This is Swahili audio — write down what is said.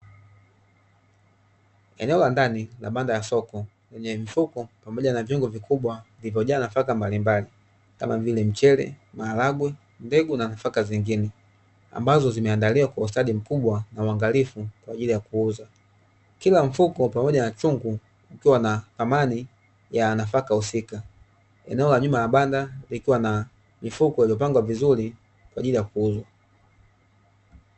Eneo la ndani la banda la soko lenye mfuko, pamoja na vyungu vikubwa vilivyojaa nafaka mbalimbali kama vile: mchele na maharagwe, ndegu na nafaka zingine, ambazo zimeandaliwa kwa ustadi mkubwa na uangalifu kwa ajili ya kuuzwa. Kila mfuko pamoja na chungu ukiwa na thamani ya nafaka husika. Eneo la nyuma ya banda likiwa na mifuko iliyopangwa vizuri kwa ajili ya kuuzwa.